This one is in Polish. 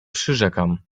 przyrzekam